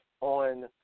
on